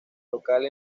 local